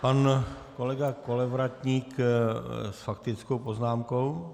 Pan kolega Kolovratník s faktickou poznámkou.